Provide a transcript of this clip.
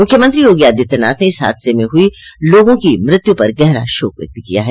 मुख्यमंत्री योगी आदित्यनाथ ने इस हादसे में हुई लोगों की मृत्यु पर गहरा शोक व्यक्त किया है